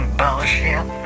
bullshit